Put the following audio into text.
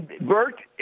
Bert